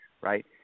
right